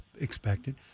expected